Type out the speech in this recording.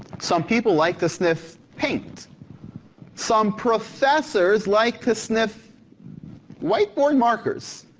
some people like to sniff paint some professors like to sniff whiteboard markers.